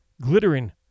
glittering